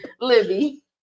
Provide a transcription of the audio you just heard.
Libby